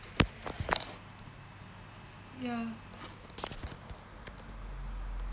ya